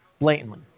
Blatantly